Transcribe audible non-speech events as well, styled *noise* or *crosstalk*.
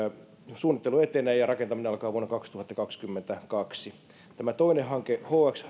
suunnittelu etenee ja rakentaminen alkaa vuonna kaksituhattakaksikymmentäkaksi tässä toisessa hankkeessa hx *unintelligible*